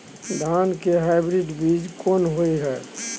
धान के हाइब्रिड बीज कोन होय है?